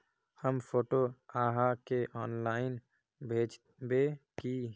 हम फोटो आहाँ के ऑनलाइन भेजबे की?